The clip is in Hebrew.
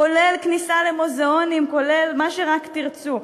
כולל כניסה למוזיאונים, כולל מה שרק תרצו.